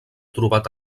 trobat